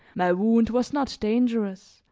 my wound was not dangerous,